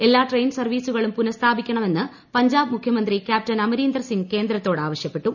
എല്ലാ ട്രെയിൻ സർവീസുകളും പുനസ്ഥാപിക്കണമെന്ന് പഞ്ചാബ് മുഖ്യമന്ത്രി ക്യാപ്റ്റൻ അമരീന്ദർ സിംഗ് കേന്ദ്രത്തോട് ആവശ്യപ്പെട്ടു